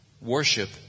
worship